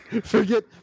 Forget